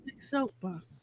soapbox